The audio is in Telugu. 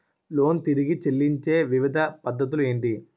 లోన్ తిరిగి చెల్లించే వివిధ పద్ధతులు ఏంటి?